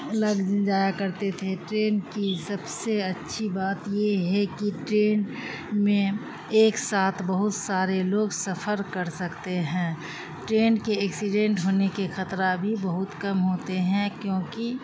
لگ جایا کرتے تھے ٹرین کی سب سے اچھی بات یہ ہے کہ ٹرین میں ایک ساتھ بہت سارے لوگ سفر کر سکتے ہیں ٹرین کے ایکسیڈنٹ ہونے کے خطرہ بھی بہت کم ہوتے ہیں کیوںکہ